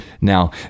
Now